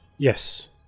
Yes